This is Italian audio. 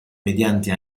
mediante